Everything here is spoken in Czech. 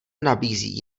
nabízí